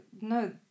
no